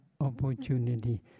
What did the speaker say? opportunity